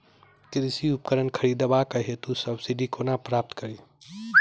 कृषि उपकरण खरीदबाक हेतु सब्सिडी कोना प्राप्त कड़ी?